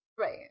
Right